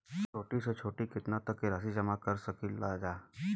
छोटी से छोटी कितना तक के राशि जमा कर सकीलाजा?